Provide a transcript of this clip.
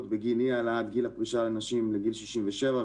בגין אי העלאת גיל הפרישה לנשים לגיל 67,